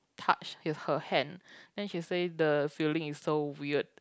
touched is her hand then she say the feeling is so weird